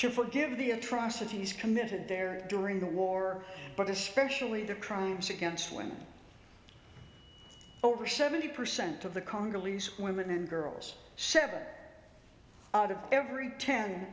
to forgive the atrocities committed there during the war but especially the crimes against women over seventy percent of the congolese women and girls seven out of every ten